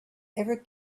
ever